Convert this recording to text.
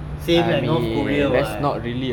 same like north korea what